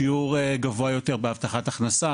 שיעור גבוה יותר בהבטחת הכנסה,